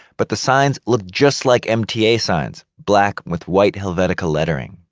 but the signs look just like mta signs, black with white helvetica lettering.